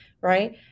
right